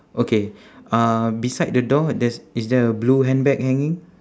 okay uh beside the door there's is there a blue handbag hanging